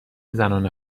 زنان